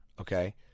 okay